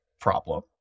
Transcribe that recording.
problem